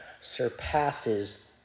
surpasses